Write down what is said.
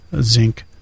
zinc